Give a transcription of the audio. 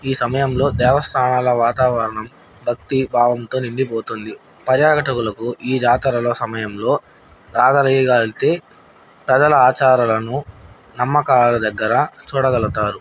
ఈ సమయంలో దేవస్థానాల వాతావరణం భక్తి భావంతో నిండిపోతుంది పర్యాటకులకు ఈ జాతరలో సమయంలో రాగలితే ప్రదల ఆచారలను నమ్మకాల దగ్గర చూడగలుగుతారు